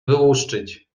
wyłuszczyć